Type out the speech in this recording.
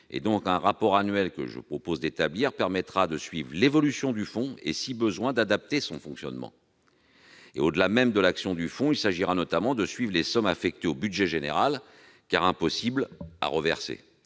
Le rapport annuel que je propose d'établir permettra de suivre l'évolution du fonds et, si besoin, d'adapter son fonctionnement. Au-delà même de l'action du fonds, il s'agira notamment de suivre les sommes affectées au budget général, qui sont impossibles à reverser.